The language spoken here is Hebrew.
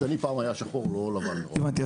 הבנתי.